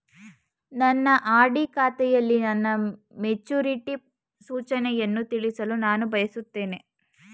ನನ್ನ ಆರ್.ಡಿ ಖಾತೆಯಲ್ಲಿ ನನ್ನ ಮೆಚುರಿಟಿ ಸೂಚನೆಯನ್ನು ತಿಳಿಯಲು ನಾನು ಬಯಸುತ್ತೇನೆ